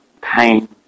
pain